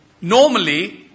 Normally